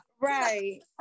Right